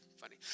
funny